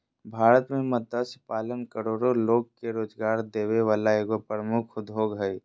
भारत में मत्स्य पालन करोड़ो लोग के रोजगार देबे वला एगो प्रमुख उद्योग हइ